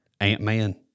Ant-Man